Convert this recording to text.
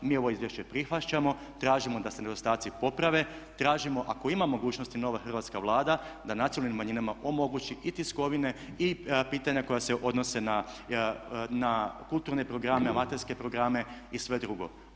Mi ovo izvješće prihvaćamo, tražimo da se nedostaci poprave, tražimo ako ima mogućnosti nova Hrvatska vlada da nacionalnim manjinama omogući i tiskovine i pitanja koja se odnose na kulturne programe, amaterske programe i sve drugo.